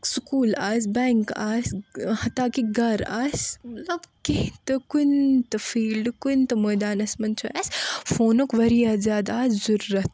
school آسہِ bank آسہِ ہتاکہِ گرٕ آسہِ مطلب کیٚنہہ تہِ کُنہِ تہِ فیٖلڈٕ کُنہِ تہِ مٲدانس منٛز چھُ اسہِ فونُک وارِیاہ زیادٕ آز ضوٚرتھ